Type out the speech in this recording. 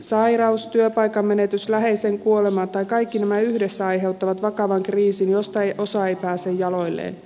sairaus työpaikan menetys läheisen kuolema tai kaikki nämä yhdessä aiheuttavat vakavan kriisin josta osa ei pääse jaloilleen